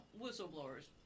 whistleblowers